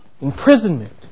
Imprisonment